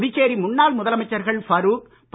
புதுச்சேரி முன்னாள் முதலமைச்சர்கள் ஃபரூக் ப